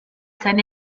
seine